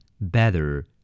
better